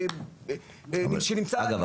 --- אגב,